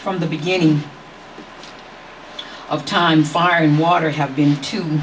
from the beginning of time fire and water have been t